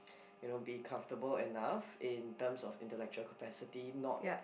you know be comfortable enough in terms of intelligent capacity not